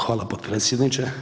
Hvala potpredsjedniče.